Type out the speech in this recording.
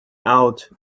out